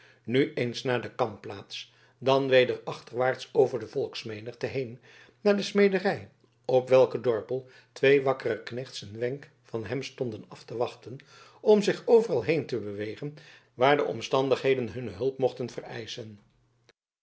nu eens naar de kampplaats dan weder achterwaarts over de volksmenigte heen naar de smederij op welker dorpel twee wakkere knechts een wenk van hem stonden af te wachten om zich overal heen te begeven waar de omstandigheden hunne hulp mochten vereischen